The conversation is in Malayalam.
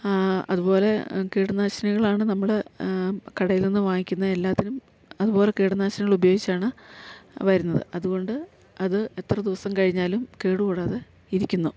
അതുപോലെ കീടനാശിനികളാണ് നമ്മള് കടയിൽ നിന്ന് വാങ്ങിക്കുന്ന എല്ലാത്തിനും അതുപോലെ കീടനാശിനികളുപയോഗിച്ചാണ് വരുന്നത് അതുകൊണ്ട് അത് എത്ര ദിവസം കഴിഞ്ഞാലും കേട് കൂടാതെ ഇരിക്കുന്നു